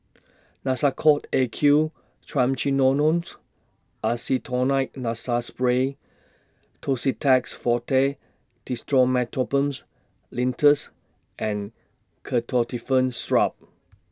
Nasacort A Q Triamcinolones Acetonide Nasal Spray Tussidex Forte Dextromethorphans Linctus and Ketotifen Syrup